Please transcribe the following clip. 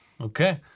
Okay